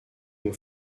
nous